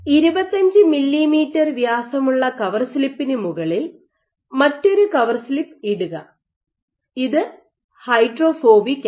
25 millimetre വ്യാസമുള്ള cover സ്ലിപ്പിന് മുകളിൽ മറ്റൊരു കവർ സ്ലിപ്പ് ഇടുക ഇത് ഹൈഡ്രോഫോബിക് ആണ്